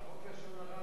חוק לשון הרע